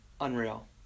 unreal